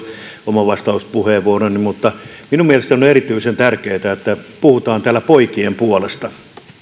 oman vastauspuheenvuoroni minun mielestäni on erityisen tärkeätä että puhutaan täällä poikien puolesta